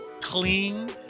clean